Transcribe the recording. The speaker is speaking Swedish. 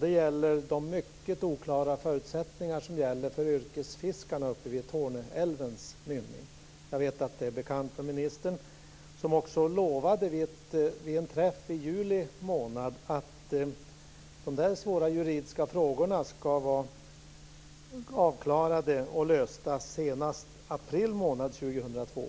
Den gäller de mycket oklara förutsättningar som gäller för yrkesfiskarna vid Torneälvens mynning. Jag vet att frågan är bekant för ministern. Hon lovade vid en träff i juli månad att de svåra juridiska frågorna ska vara avklarade och lösta senast i april månad 2002.